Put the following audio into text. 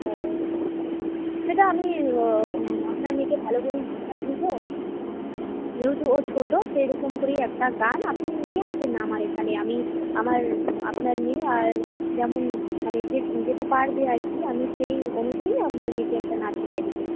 হ্যাঁ সেটা আমি আপনার মেয়েকে ভালো করেই শিখিয়ে দিবো ও তো ও ছোটো সেই রকম করেই একটা গান আপনি নিয়ে আসেন না আমার এখানে আমি আমার আপনার মেয়ে আর যেমন মানে যেটা পারবে আর কি আমি সেই অনুযায়ী আপনার মেয়েকে একটা নাচ শিখিয়ে দিবো